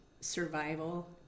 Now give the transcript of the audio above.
survival